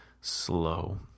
slow